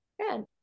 good